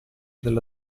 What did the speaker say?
della